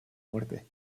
muerte